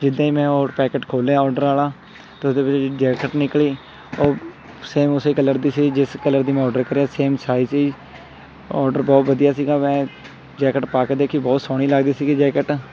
ਜਿੱਦਾਂ ਹੀ ਮੈਂ ਉਹ ਪੈਕਟ ਖੋਲ੍ਹਿਆ ਔਰਡਰ ਵਾਲਾ ਅਤੇ ਉਹਦੇ ਵਿੱਚ ਜੈਕਟ ਨਿਕਲੀ ਉਹ ਸੇਮ ਉਸ ਕਲਰ ਦੀ ਸੀ ਜਿਸ ਕਲਰ ਦੀ ਮੈਂ ਔਰਡਰ ਕਰਿਆ ਸੀ ਸੇਮ ਸਾਈਜ ਸੀ ਔਰਡਰ ਬਹੁਤ ਵਧੀਆ ਸੀਗਾ ਮੈਂ ਜੈਕਟ ਪਾ ਕੇ ਦੇਖੀ ਬਹੁਤ ਸੋਹਣੀ ਲੱਗਦੀ ਸੀਗੀ ਜੈਕਟ